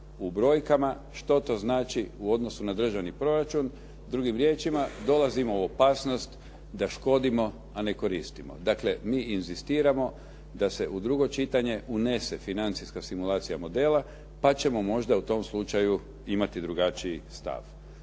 u brojkama što to znači u odnosu na državni proračun, drugim riječima, dolazimo u opasnost da škodimo, a ne koristimo. Dakle, mi inzistiramo da se u drugo čitanje unese financijska simulacija modela, pa ćemo možda u tom slučaju imati drugačiji stav.